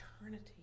eternity